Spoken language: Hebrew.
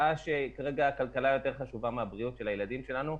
נראה שכרגע הכלכלה יותר חשובה מהבריאות של הילדים שלנו,